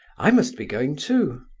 i must be going too.